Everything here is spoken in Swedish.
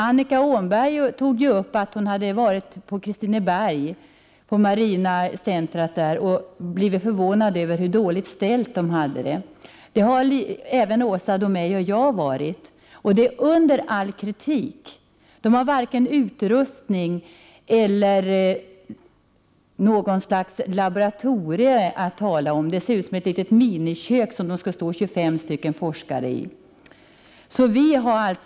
Annika Åhnberg tog i sitt anförande upp att hon besökt Kristinebergs marinbiologiska centrum och blivit förvånad över hur dåliga förhållanden man där arbetade under. Även Åsa Domeij och jag har varit där. Förhållandena är under all kritik. De har varken utrustning eller något laboratorium att tala om. Laboratoriet där 25 forskare skall arbeta ser ut som ett litet minikök.